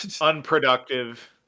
unproductive